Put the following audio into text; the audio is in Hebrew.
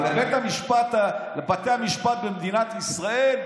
אבל לבתי המשפט במדינת ישראל,